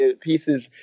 pieces